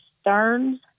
Stern's